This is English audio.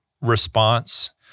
response